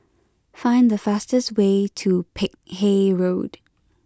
find the fastest way to Peck Hay Road